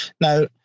now